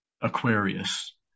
aquarius